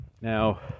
now